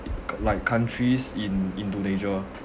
like countries in indonesia